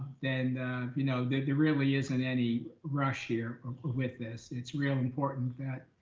then you know, there really isn't any rush here with this. it's real important that